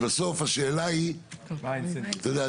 יודע,